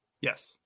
yes